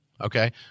Okay